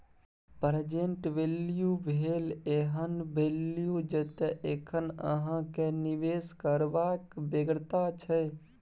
present value भेल एहन value जतय एखन अहाँ केँ निबेश करबाक बेगरता छै